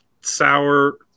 sour